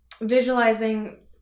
visualizing